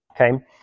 Okay